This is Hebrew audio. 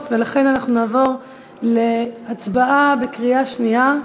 ולכן אנחנו נעבור להצבעה בקריאה שנייה.